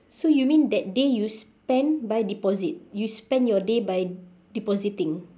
so you mean that day you spend by deposit you spend your day by depositing